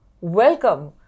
Welcome